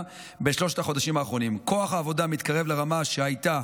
בשלושת החודשים האחרונים: כוח העבודה מתקרב לרמה שהייתה